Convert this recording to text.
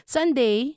Sunday